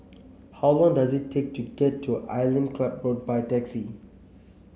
how long does it take to get to Island Club Road by taxi